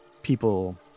people